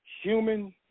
Human